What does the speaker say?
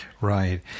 Right